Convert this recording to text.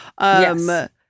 Yes